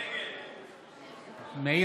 אינו נוכח יסמין פרידמן,